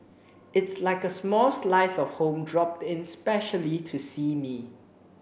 it's like a small slice of home dropped in specially to see me